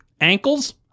Ankles